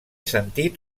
sentit